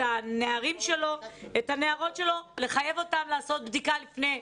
את הנערים שלו או את הנערות שלו לעשות בדיקה לפני,